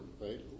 right